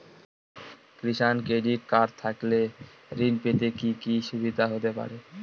কিষান credit card থাকলে ঋণ পেতে কি কি সুবিধা হতে পারে?